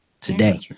today